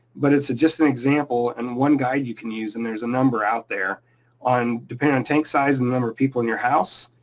but it's just an example and one guide you can use. and there's a number out there, depending on tank size and number of people in your house,